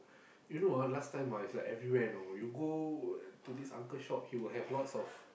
you know ah last time ah is like everywhere know you go to this uncle shop he will have lots of